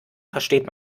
versteht